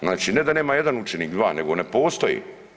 Znači ne da nema jedan učenik, dva nego ne postoji.